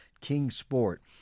Kingsport